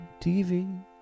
TV